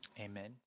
amen